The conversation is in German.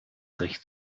recht